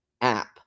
app